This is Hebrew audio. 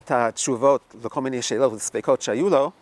את התשובות לכל מיני שאלות וספקות שהיו לו